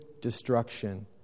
destruction